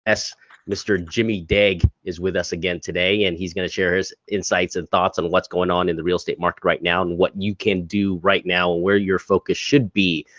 mr. jimmy dague is with us again today. and he's gonna share his insights and thoughts on what's going on in the real estate market right now, and what you can do right now and where your focus should be,